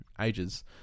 ages